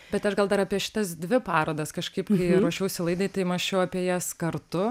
bet aš gal dar apie šitas dvi parodas kažkaip kai ruošiausi laidai tai mąsčiau apie jas kartu